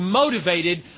motivated